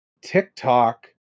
tiktok